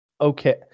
okay